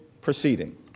proceeding